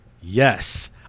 Yes